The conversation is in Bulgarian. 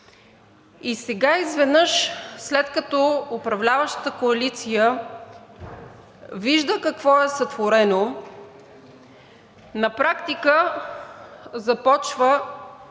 Сега изведнъж, след като управляващата коалиция вижда какво е сътворено, на практика започва